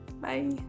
Bye